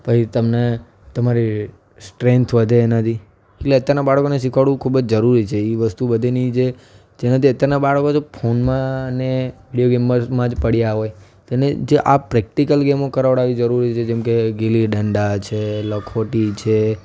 પછી તમને તમારી સ્ટ્રેન્થ વધે એનાથી એટલે અત્યારનાં બાળકોને શિખવાડવું ખૂબ જ જરૂરી છે એ વસ્તુ બધીની જે જેનાથી અત્યારનાં બાળકો જે ફોનમાં ને વિડીયો ગેમમાં જ પડ્યાં હોય તો એને જે આ પ્રેક્ટિકલ ગેમો કરાવડાવી જરૂરી છે જેમ કે ગીલીડંડા છે લખોટી છે